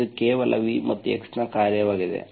ಇದು ಕೇವಲ v ಮತ್ತು x ನ ಕಾರ್ಯವಾಗಿದೆ